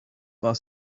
war